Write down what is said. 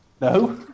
No